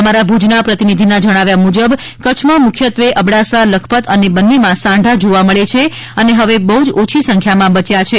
અમારા ભૂજના પ્રતિનિધિના જણાવ્યા મુજબ કચ્છમાં મુખ્યત્વે અબડાસાલખપત અને બન્નીમાં સાંઢા જોવા મળે છે અને હવે બહુજ ઓછી સંખ્યામાં બચ્યા છે